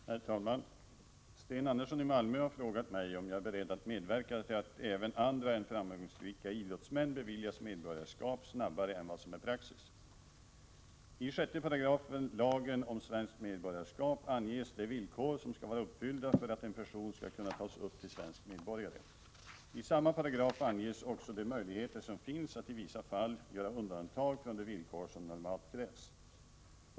Herr talman! Sten Andersson i Malmö har frågat mig om jag är beredd att medverka till att även andra än framgångsrika idrottsmän beviljas medborgarskap snabbare än vad som är praxis. I samma paragraf anges också de möjligheter som finns att — i vissa fall — göra undantag från de villkor som normalt krävs.